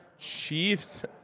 Chiefs